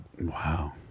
Wow